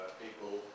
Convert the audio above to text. people